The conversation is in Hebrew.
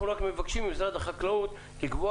אנחנו רק מבקשים ממשרד החקלאות לקבוע